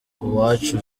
uwacu